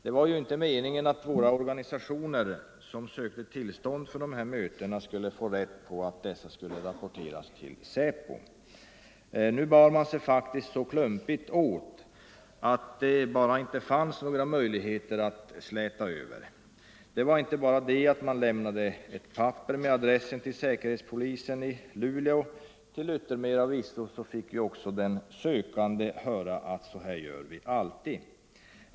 Det var ju inte meningen att våra organisationer, som sökte tillstånd för de här mötena, skulle få reda på att dessa skulle rapporteras till SÄPO. Nu bar man sig faktiskt så klumpigt åt att det inte fanns några möjligheter att släta över. Det var inte bara det att man överlämnade ett papper med adressen till säkerhetspolisen i Luleå; till yttermera visso fick också den sökande höra att ”så gör vi alltid”.